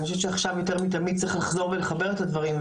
אני חושבת שעכשיו יותר מתמיד צריך לחזור ולחבר את הדברים.